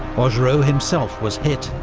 augereau himself was hit,